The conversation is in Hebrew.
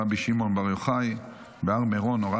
שמעון בר יוחאי בהר מירון (הוראת שעה),